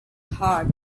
hard